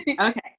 Okay